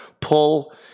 pull